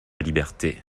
liberté